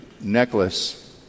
necklace